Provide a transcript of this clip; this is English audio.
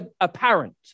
apparent